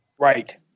Right